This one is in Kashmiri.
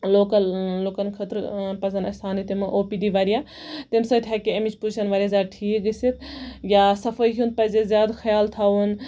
لوکَل لُکَن خطرٕ لُکَن خٲطرٕ پَزَن تھاونہِ اَسہِ تِم او پی ڈی واریاہ تَمہِ سۭتۍ ہٮ۪کہِ اَمِچ پُزِشَن واریاہ زیادٕ ٹھیٖک گٔژھِتھ یا صفٲٮٔی ہُنٛد پَزِ اَسہِ زیإدٕ خیال تھاوُن